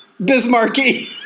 Bismarcky